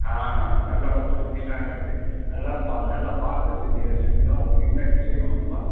ஆ நல்ல மரத்தில் செஞ்சுக்கலாம் எப்படி நல்லாவும் பா நல்லா பார்த்து செஞ்சு செஞ்சுக்கலாம் உங்களுக்கு என்ன டிசைன் வேணுமோ